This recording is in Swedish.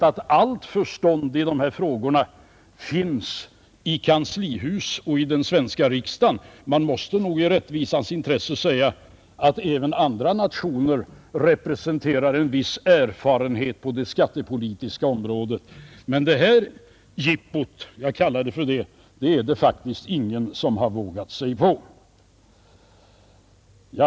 Allt förstånd i dessa frågor finns ju inte i kanslihuset och i den svenska riksdagen. Man måste nog i rättvisans intresse säga att även andra nationer representerar en viss erfarenhet på det skattepolitiska området. Men det här jippot — jag kallar det så — är det faktiskt ingen som vågat sig på.